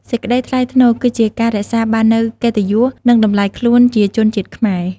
សេចក្តីថ្លៃថ្នូរគឺជា ការរក្សាបាននូវកិត្តិយស និងតម្លៃខ្លួនជាជនជាតិខ្មែរ។